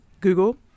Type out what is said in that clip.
Google